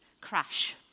crash